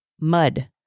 mud